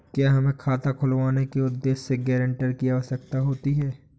क्या हमें खाता खुलवाने के उद्देश्य से गैरेंटर की आवश्यकता होती है?